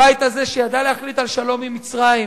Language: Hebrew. הבית הזה, שידע להחליט על שלום עם מצרים,